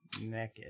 naked